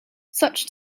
such